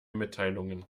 mitteilungen